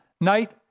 night